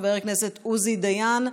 חבר הכנסת עוזי דיין,